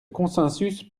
consensus